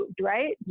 right